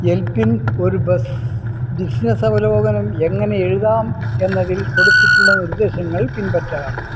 യെൽപ്പിൽ ഒരു bus business അവലോകനം എങ്ങനെ എഴുതാം എന്നതിൽ കൊടുത്തിട്ടുള്ള നിർദ്ദേശങ്ങൾ പിൻപറ്റുക